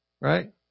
right